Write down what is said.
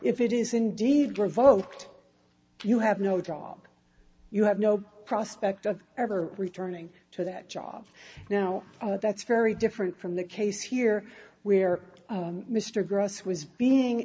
if it is indeed revoked you have no draw you have no prospect of ever returning to that job now that's very different from the case here where mr gross was being